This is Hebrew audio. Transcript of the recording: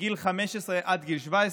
גילינו שזה באמת לא קיים.